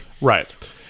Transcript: Right